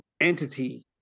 entity